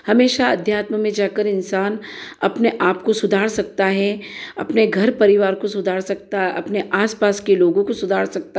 हमेशा अध्यात्म में जाकर इंसान अपने आप को सुधार सकता है अपने घर परिवार को सुधार सकता है अपने आस पास के लोगों को सुधार सकता